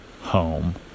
home